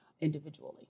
individually